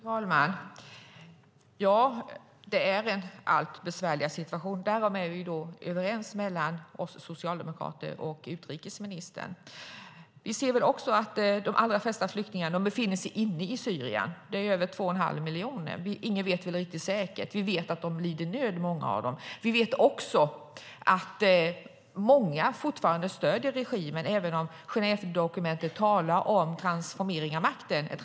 Fru talman! Det är en allt besvärligare situation; därom är vi överens mellan oss socialdemokrater och utrikesministern. Vi ser också att de allra flesta flyktingar befinner sig inne i Syrien. De är över två och en halv miljon. Ingen vet riktigt säkert, men vi vet att många av dem lider nöd. Vi vet också att många fortfarande stöder regimen, även om Genèvedokumentet talar om transferering av makten.